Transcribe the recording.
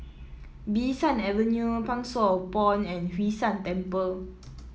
Bee San Avenue Pang Sua Pond and Hwee San Temple